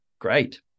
Great